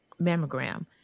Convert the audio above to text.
mammogram